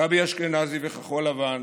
גבי אשכנזי וכחול לבן